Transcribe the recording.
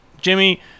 Jimmy